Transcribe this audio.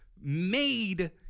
made